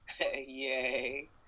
yay